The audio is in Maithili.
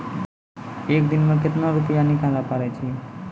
एक दिन मे केतना रुपैया निकाले पारै छी?